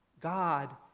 God